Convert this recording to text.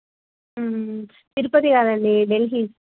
తిరుపతి కాదండి ఢిల్లీ